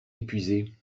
épuisé